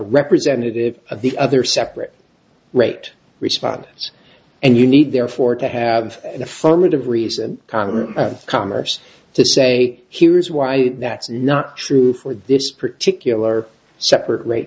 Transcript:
representative of the other separate rate respondents and you need therefore to have an affirmative reason commerce to say here's why that's not true for this particular separate r